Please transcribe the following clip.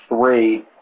three